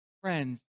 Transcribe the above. Friends